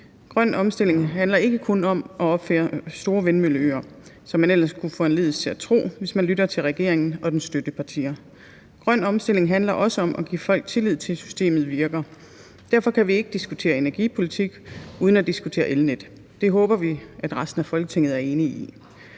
Grøn omstilling handler ikke kun om at opføre store vindmølleøer, som man ellers kunne foranlediges til at tro, hvis man lytter til regeringen og dens støttepartier. Grøn omstilling handler også om at give folk tillid til, at systemet virker. Derfor kan vi ikke diskutere energipolitik uden at diskutere elnet. Det håber vi at resten af Folketinget er enige i.